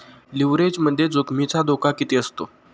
लिव्हरेजमध्ये जोखमीचा धोका किती असतो?